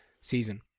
season